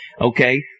okay